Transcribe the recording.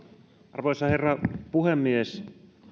arvoisa herra puhemies